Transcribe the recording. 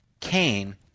Cain